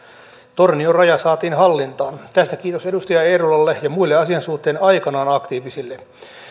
tornion raja saatiin hallintaan tästä kiitos edustaja eerolalle ja muille asian suhteen aikanaan aktiivisille